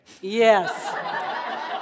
yes